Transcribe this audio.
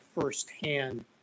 firsthand